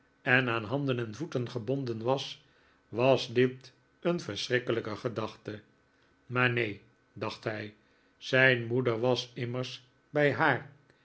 en aan handen en voeten gebonden was was dit een verschrikkelijke gedachte maar neen dacht hij zijn moeder was immers bij haar